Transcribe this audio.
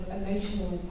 emotional